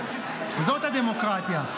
זאת הדמוקרטיה.